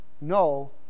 no